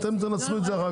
אתם תנסחו את זה אחר-כך.